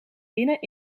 binnen